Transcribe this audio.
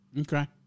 Okay